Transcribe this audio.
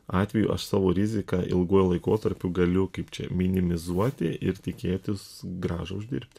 atveju aš savo riziką ilguoju laikotarpiu galiu kaip čia minimizuoti ir tikėtis grąžą uždirbti